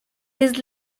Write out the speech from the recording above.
his